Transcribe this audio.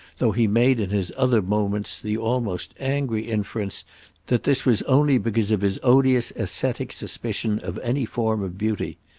though he made in his other moments the almost angry inference that this was only because of his odious ascetic suspicion of any form of beauty.